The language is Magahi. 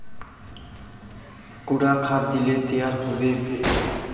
कुंडा खाद दिले तैयार होबे बे?